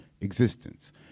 existence